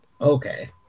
Okay